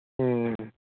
ꯎꯝ